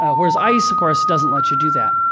whereas ice, of course, doesn't let you do that.